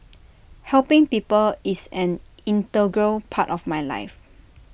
helping people is an integral part of my life